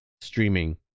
streaming